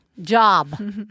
job